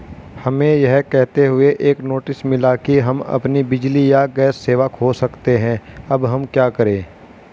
हमें यह कहते हुए एक नोटिस मिला कि हम अपनी बिजली या गैस सेवा खो सकते हैं अब हम क्या करें?